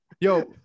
Yo